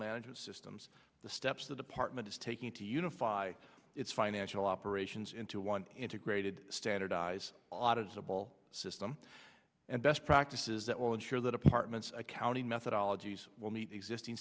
management systems the steps the department is taking to unify its financial operations into one integrated standardize audits a ball system and best practices that will ensure that apartments accounting methodology will meet existing